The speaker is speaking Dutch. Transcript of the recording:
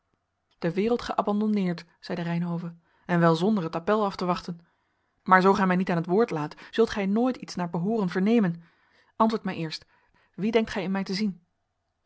de wereld geabandonneerd zeide reynhove en wel zonder het appèl af te wachten maar zoo gij mij niet aan het woord laat zult gij nooit iets naar behooren vernemen antwoord mij eerst wien denkt gij in mij te zien